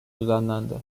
düzenlendi